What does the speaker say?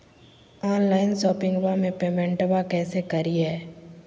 Online शोपिंगबा में पेमेंटबा कैसे करिए?